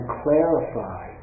clarify